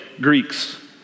Greeks